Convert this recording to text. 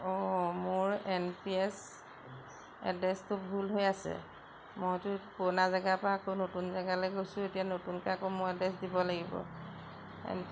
অঁ মোৰ N P S এড্ৰেছটো ভুল হৈ আছে মইতো পুৰণা জেগাৰপৰা আকৌ নতুন জেগালৈ গৈছোঁ এতিয়া নতুনকৈ আকৌ মোৰ এড্ৰেছ দিব লাগিব